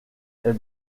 est